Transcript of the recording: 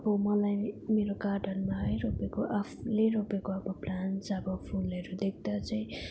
अब मलाई मेरो गार्डनमा है रोपेको आफूले रोपेको अब प्लान्टस् अब फूलहरू देख्दा चाहिँ